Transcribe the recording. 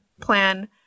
plan